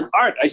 art